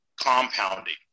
compounding